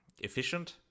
efficient